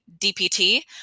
DPT